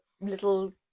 little